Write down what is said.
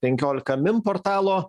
penkiolika min portalo